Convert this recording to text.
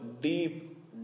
deep